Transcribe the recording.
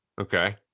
Okay